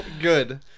Good